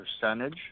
percentage